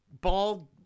bald